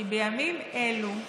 כי בימים אלו הממשלה,